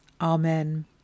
Amen